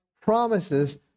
promises